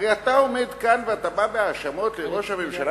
הרי אתה עומד כאן ובא בהאשמות לראש הממשלה